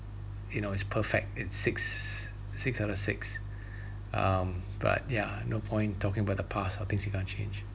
you know it's perfect in six six out of six um but yeah no point talking about the past or things you can't change